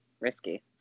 risky